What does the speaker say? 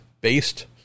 based